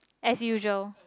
as usual